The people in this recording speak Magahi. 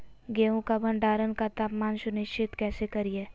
गेहूं का भंडारण का तापमान सुनिश्चित कैसे करिये?